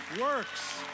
works